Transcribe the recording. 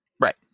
Right